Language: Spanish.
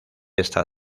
esta